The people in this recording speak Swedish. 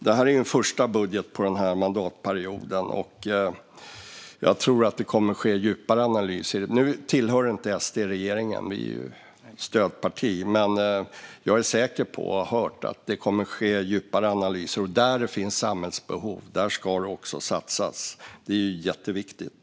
Det här är ju en första budget på den här mandatperioden, och jag tror att det kommer att ske djupare analyser framöver. SD tillhör inte regeringen - vi är ett stödparti - men jag är säker på och har hört att det kommer att ske djupare analyser. Där det finns samhällsbehov, där ska det också satsas. Det är jätteviktigt.